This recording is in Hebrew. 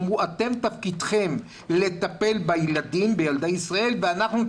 הם אומרים שתפקידכם לטפל בילדי ישראל ואנחנו,